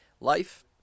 life